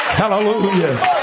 hallelujah